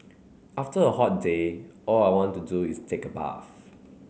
after a hot day all I want to do is take a bath